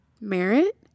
Merit